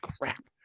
crap